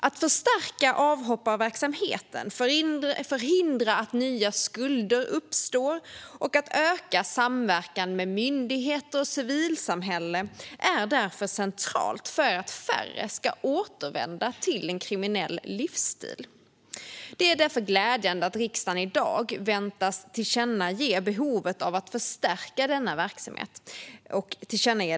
Att förstärka avhopparverksamheten, förhindra att nya skulder uppstår och öka samverkan med myndigheter och civilsamhälle är centralt för att färre ska återvända till en kriminell livsstil. Det är därför glädjande att riksdagen i dag väntas tillkännage för regeringen behovet av att förstärka denna verksamhet.